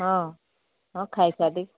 ହଁ ହଁ ଖାଇସାରି